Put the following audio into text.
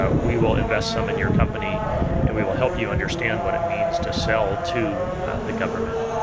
ah we will invest some in your company and we will help you understand what it means to sell to the government.